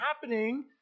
happening